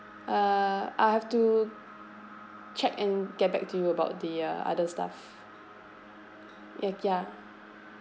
uh I have to check and get back to you about the uh other stuff like ya